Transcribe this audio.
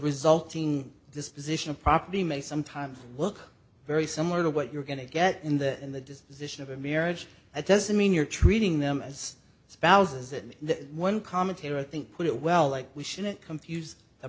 resulting disposition of property may sometimes look very similar to what you're going to get in the in the disposition of a marriage that doesn't mean you're treating them as spouses and that one commentator i think put it well like we shouldn't confuse